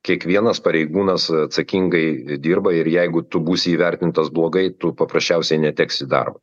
kiekvienas pareigūnas atsakingai dirba ir jeigu tu būsi įvertintas blogai tu paprasčiausiai neteksi darbo